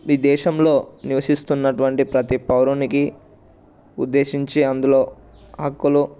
మీ దేశంలో నివసిస్తున్నటువంటి ప్రతి పౌరునికి ఉద్దేశించి అందులో హక్కులు